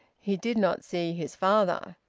he did not see his father.